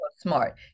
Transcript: smart